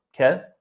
Okay